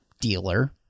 dealer